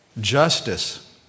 Justice